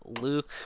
Luke